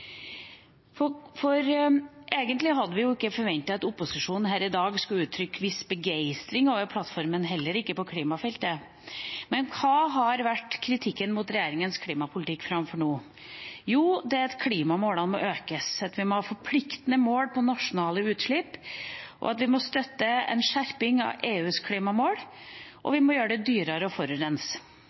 vi lyktes. Egentlig hadde vi ikke forventet at opposisjonen her i dag skulle uttrykke begeistring over plattformen, heller ikke på klimafeltet, men hva har vært kritikken mot regjeringas klimapolitikk fram til nå? Jo, det er at klimamålene må økes, at vi må ha forpliktende mål for nasjonale utslipp, at vi må støtte en skjerping av EUs klimamål, og at vi må gjøre det dyrere å forurense.